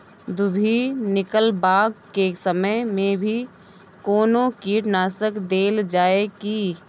दुभी निकलबाक के समय मे भी कोनो कीटनाशक देल जाय की?